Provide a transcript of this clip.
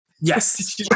Yes